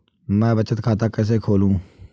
मैं बचत खाता कैसे खोलूँ?